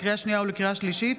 לקריאה שנייה ולקריאה שלישית: